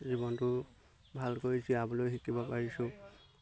জীৱনটো ভালকৈ জীয়াবলৈ শিকিব পাৰিছোঁ